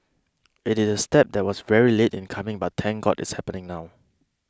it is a step that was very late in coming but thank God it's happening now